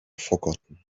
forgotten